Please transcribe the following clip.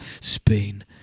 Spain